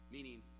Meaning